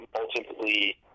Ultimately